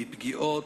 מפגיעות,